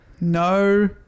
No